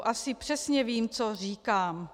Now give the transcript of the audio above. Asi přesně vím, co říkám.